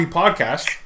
podcast